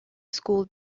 school